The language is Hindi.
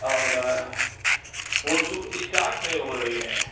और वो सु इस्टार्ट नहीं हो रही है